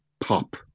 pop